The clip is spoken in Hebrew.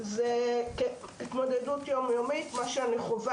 זה כהתמודדות יום יומית מה שאני חווה